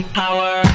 power